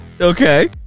Okay